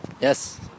Yes